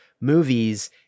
movies